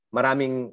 Maraming